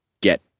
get